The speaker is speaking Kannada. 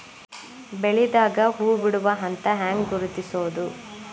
ಬೆಳಿದಾಗ ಹೂ ಬಿಡುವ ಹಂತ ಹ್ಯಾಂಗ್ ಗುರುತಿಸೋದು?